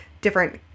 different